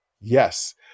Yes